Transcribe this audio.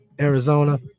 Arizona